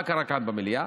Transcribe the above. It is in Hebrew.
מה קרה כאן במליאה?